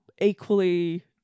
equally